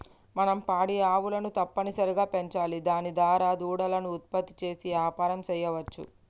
మనం పాడి ఆవులను తప్పనిసరిగా పెంచాలి దాని దారా దూడలను ఉత్పత్తి చేసి యాపారం సెయ్యవచ్చు